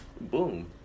Boom